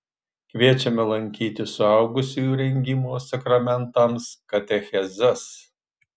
kviečiame lankyti suaugusiųjų rengimo sakramentams katechezes